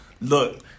Look